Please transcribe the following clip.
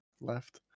left